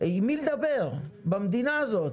עם מי לדבר במדינה הזאת.